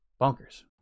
bonkers